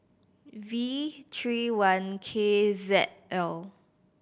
V three one K Z L